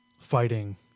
fighting